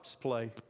play